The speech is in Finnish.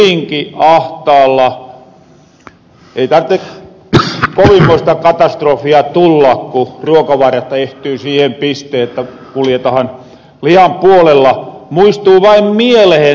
ei tartte kovinmoista katastrofia tulla ku ruokavarat ehtyy siihen pisteeseen jotta kuljetahan lihan puolella